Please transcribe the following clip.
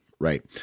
Right